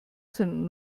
sind